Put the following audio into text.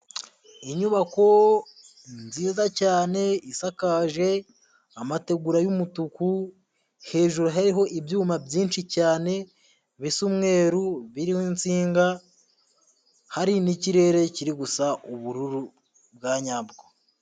Inyubako nziza cyane isakaje amategura y'umutuku, hejuru hariho ibyuma byinshi cyane bisa umweru, birimo insinga hari n'ikirere kiri gusa ubururu bwa nyabwo.